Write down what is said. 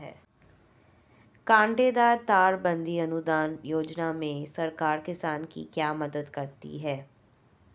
कांटेदार तार बंदी अनुदान योजना में सरकार किसान की क्या मदद करती है?